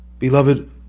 Beloved